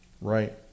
right